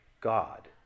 God